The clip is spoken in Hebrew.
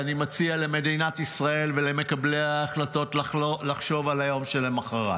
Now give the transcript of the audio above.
ואני מציע למדינת ישראל ולמקבלי ההחלטות לחשוב על היום שלמוחרת.